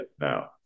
now